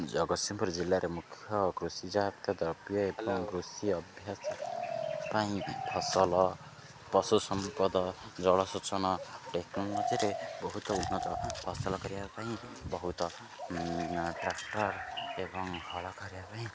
ଜଗତସିଂପୁର ଜିଲ୍ଲାରେ ମୁଖ୍ୟ କୃଷିଜତୀୟ ଦ୍ରବ୍ୟ ଏବଂ କୃଷି ଅଭ୍ୟାସ ପାଇଁ ଫସଲ ପଶୁ ସମ୍ପଦ ଜଳସେଚନ ଟେକ୍ନୋଲୋଜିରେ ବହୁତ ଉନ୍ନତ ଫସଲ କରିବା ପାଇଁ ବହୁତ ଟ୍ରାକ୍ଟର୍ ଏବଂ ହଳ କରିବା ପାଇଁ